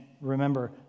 remember